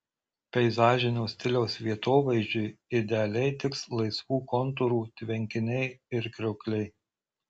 peizažinio stiliaus vietovaizdžiui idealiai tiks laisvų kontūrų tvenkiniai ir kriokliai